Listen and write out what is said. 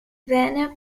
wenner